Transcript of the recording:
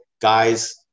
guys